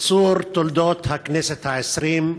קיצור תולדות הכנסת העשרים.